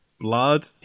blood